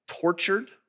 Tortured